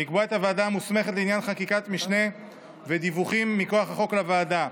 לקבוע את הוועדה המוסמכת לעניין חקיקת משנה ודיווחים מכוח החוק לוועדה: